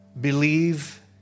Believe